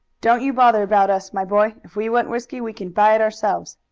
don't you bother about us, my boy. if we want whisky we can buy it ourselves.